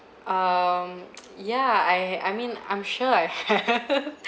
um ya I I mean I'm sure I have